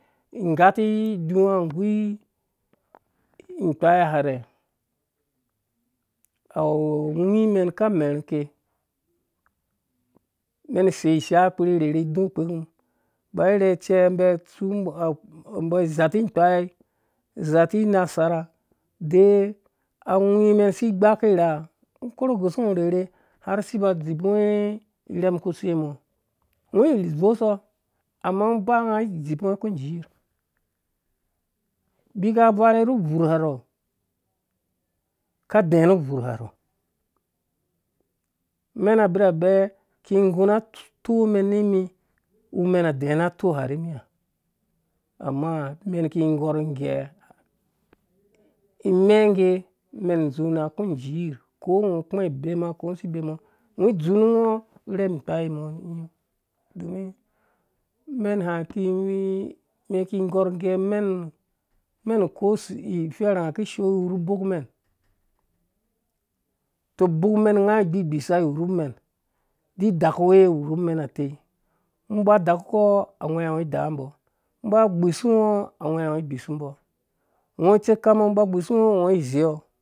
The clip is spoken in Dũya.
Inggati idu nggu inkpai harhe awu awhemɛn ka mɛrhukum ba irhe cɛ mbi atsu mbɔ azati inkai zati de awhumɛn si gbake irhaa ngo koru ngushe ngɔ rherhe har si ba dzibu ngɔ urhɛm ku sei umɔ ngɔ ivosho amma ngɔ iba nga dzipunga ku ku jirh mbi ka varhe ru bvurha rhɔ ka adɛɛ nu ubuurha mɛn abirha bɛɛ ki ingu na atoo mɛn ni mi wumɛm a dɛɛ rha atɔɔ ha ni miha amma mɛn ki gorh ngɛ imɛ nge mɛn dzung ku jirh ko ngo kpɛ ibema ko si bemu ngɔ ngɔ dzunu ngo urhem ikpai mɔ nyin domin mɛn ha ki wu mɛn ki gɔrh gɛ mɛn kose iwurhu ubok mɛn tɔ ifɛrhanga kishoo iwurhu mɛn tɔ ubok mɛn nga awu gbigbisha iwurhu mɛn didakuwe iwurhu mɛn atci ngɔ ba dakukɔ a ghwɛ ungo ai da mbɔ ngɔ ba gbishu ngɔ a ghwɛ ngɔ ai gbishumbɔ ngɔ tsekamngo ba gbishu ngɔ ngɔ ngɔ izeiyɔ